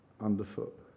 underfoot